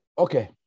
Okay